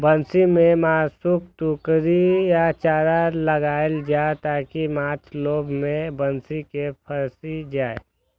बंसी मे मासुक टुकड़ी या चारा लगाएल जाइ, ताकि माछ लोभ मे बंसी मे फंसि जाए